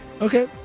Okay